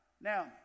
Now